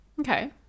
Okay